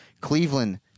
Cleveland